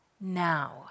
now